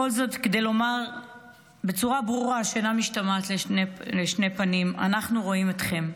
כל זאת כדי לומר בצורה ברורה שאינה משתמעת לשתי פנים: אנחנו רואים אתכם.